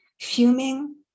fuming